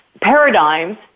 paradigms